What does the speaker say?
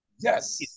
Yes